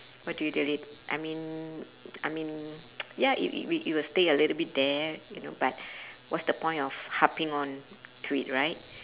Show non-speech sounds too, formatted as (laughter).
what do you delete I mean I mean (noise) ya it it wi~ it will stay a little bit there you know but what's the point of harping onto it right